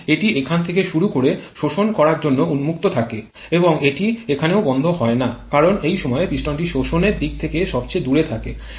এবং এটি এখান থেকে শুরু করে শোষণ করার জন্য উন্মুক্ত থাকে এবং এটি এখানেও বন্ধ হয় না কারণ এই সময়ে পিস্টনটি শোষণের দিক থেকে সবচেয়ে দূরে থাকে